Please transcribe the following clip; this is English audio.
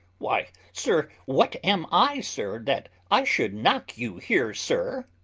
why, sir, what am i, sir, that i should knock you here, sir?